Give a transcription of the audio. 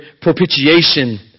propitiation